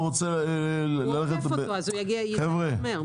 הוא רוצה ללכת --- הוא עוקף אותו אז הוא יגיע יותר מהר.